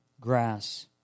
grass